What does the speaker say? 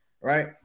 Right